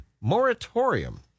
moratorium